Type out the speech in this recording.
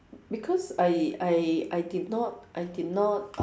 because I I I did not I did not uh